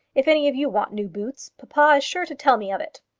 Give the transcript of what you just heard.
if any of you want new boots, papa sure to tell me of it!